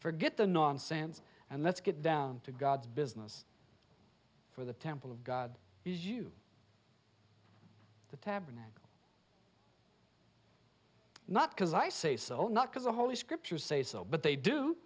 forget the nonsense and let's get down to god's business for the temple of god is you the tabernacle not because i say so not because the holy scriptures say so but they do